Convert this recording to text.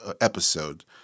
episode